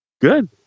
Good